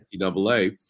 NCAA